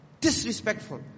Disrespectful